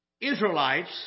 Israelites